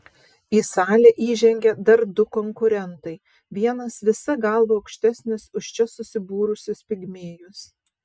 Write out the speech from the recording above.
į salę įžengia dar du konkurentai vienas visa galva aukštesnis už čia susibūrusius pigmėjus